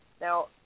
Now